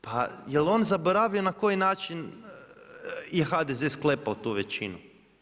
Pa jel on zaboravio na koji način je HDZ je sklepao tu većinu.